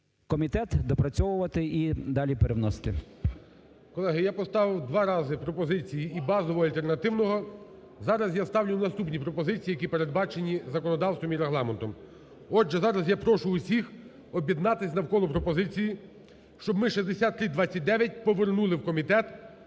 комітет доопрацьовувати і далі переносити. ГОЛОВУЮЧИЙ. Колеги, я поставив два рази пропозиції і базового, і альтернативного. Зараз я ставлю наступні пропозиції, які передбачені законодавством і регламентом. Отже, зараз я прошу всіх об'єднатись навколо пропозиції, щоб ми 6329 повернули в комітет